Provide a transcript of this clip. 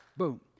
Boom